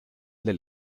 del